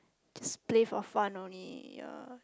just play for fun only ya